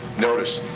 notice,